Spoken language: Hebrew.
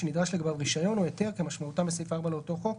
שנדרש לגביו רישיון או היתר כמשמעותם בסעיף 4 לאותו חוק,